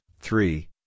three